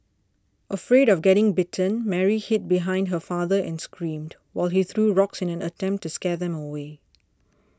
afraid of getting bitten Mary hid behind her father and screamed while he threw rocks in an attempt to scare them away